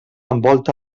envolta